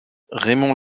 raymond